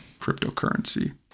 cryptocurrency